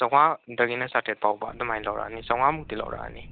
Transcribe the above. ꯆꯥꯝꯃꯉꯥꯗꯒꯤꯅ ꯆꯥꯇ꯭ꯔꯦꯠ ꯐꯥꯎꯕ ꯑꯗꯨꯃꯥꯏꯅ ꯂꯧꯔꯛꯑꯅꯤ ꯆꯥꯝꯃꯉꯥꯃꯨꯛꯇꯤ ꯂꯧꯔꯛꯑꯅꯤ